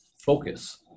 focus